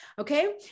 Okay